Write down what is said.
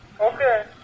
Okay